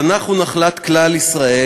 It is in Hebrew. התנ"ך הוא נחלת כלל ישראל,